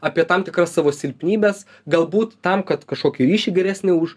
apie tam tikras savo silpnybes galbūt tam kad kašokį ryšį geresnį už